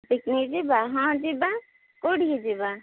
picnic ଯିବା ହଁ ଯିବା କୋଉଠିକି ଯିବା